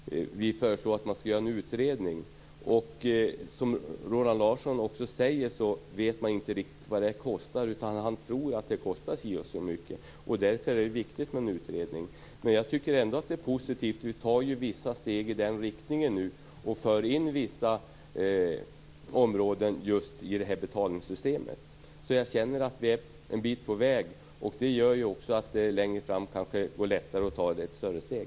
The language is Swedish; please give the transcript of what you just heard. Herr talman! Det är ju pengarna, Roland Larsson, som gör att vi föreslår att man skall göra en utredning. Som Roland Larsson också säger vet man inte riktigt vad det här kostar. Han tror att det kostar si och så mycket. Och därför är det viktigt med en utredning. Men jag tycker ändå att det är positivt. Vi tar ju nu vissa steg i den riktningen och för in vissa områden i betalningssystemet, så jag känner att vi är en bit på väg. Det gör också att det längre fram kanske går lättare att ta större steg.